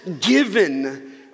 given